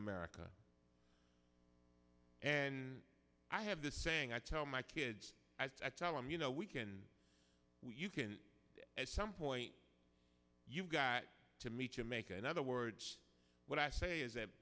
america and i have this saying i tell my kids as i tell them you know we can we can at some point you've got to me to make another words what i say is that